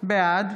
בעד